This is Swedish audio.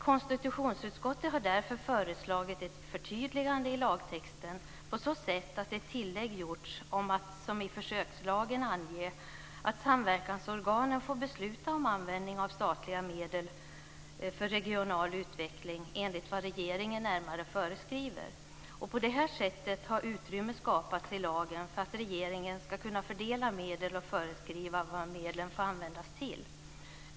Konstitutionsutskottet har därför föreslagit ett förtydligande i lagtexten på så sätt att ett tillägg har gjorts om att, som i försökslagen, ange att samverkansorganen får besluta om användningen av statliga medel för regional utveckling enligt vad regeringen närmare föreskriver. På det här sättet har utrymme skapats i lagen för att regeringen ska kunna fördela medel och föreskriva vad de får användas till.